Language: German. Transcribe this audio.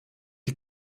die